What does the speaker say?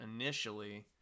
initially